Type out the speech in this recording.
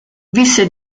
visse